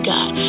God